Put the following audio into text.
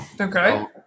Okay